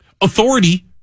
authority